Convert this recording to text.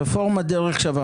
רפורמה 'דרך שווה',